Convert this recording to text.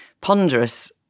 ponderous